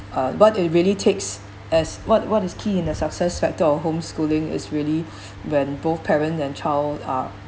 uh but it really takes as what what is key in the success factor of homeschooling is really when both parents and child uh